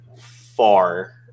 far